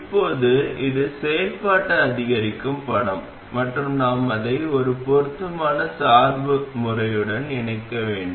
இப்போது இது செயல்பாட்டு அதிகரிக்கும் படம் மற்றும் நாம் அதை ஒரு பொருத்தமான சார்பு முறையுடன் இணைக்க வேண்டும்